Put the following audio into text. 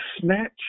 snatch